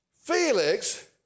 Felix